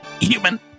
human